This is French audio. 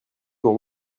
pour